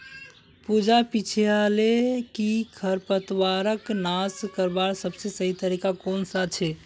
पूजा पूछाले कि खरपतवारक नाश करवार सबसे सही तरीका कौन सा छे